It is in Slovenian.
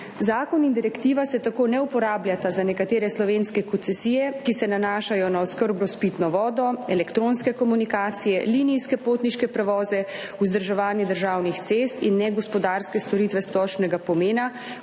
Zakon in direktiva se tako ne uporabljata za nekatere slovenske koncesije, ki se nanašajo na oskrbo s pitno vodo, elektronske komunikacije, linijske potniške prevoze, vzdrževanje državnih cest in negospodarske storitve splošnega pomena,